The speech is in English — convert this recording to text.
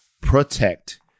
protect